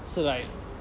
是 like